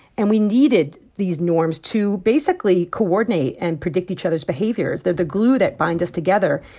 and we needed these norms to basically coordinate and predict each other's behaviors. they're the glue that bind us together.